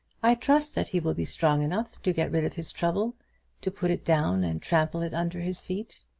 i trust that he will be strong enough to get rid of his trouble to put it down and trample it under his feet.